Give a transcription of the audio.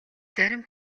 зарим